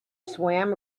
swam